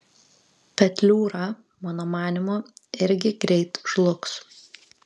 petliūra mano manymu irgi greit žlugs